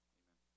amen